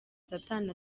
satani